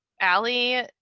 Allie